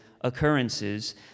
occurrences